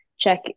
Check